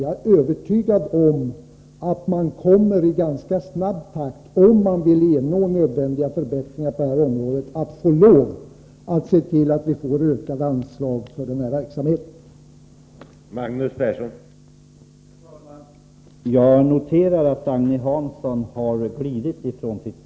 Jag är övertygad om att man, om man enas om att nödvändiga förbättringar skall genomföras på det här området, kommer att få se till att anslagen för den här verksamheten ökar i ganska snabb takt.